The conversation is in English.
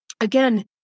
Again